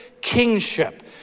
kingship